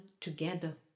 together